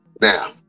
now